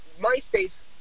MySpace